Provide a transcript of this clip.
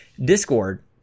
Discord